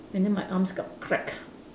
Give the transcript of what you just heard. and then my arms got cracked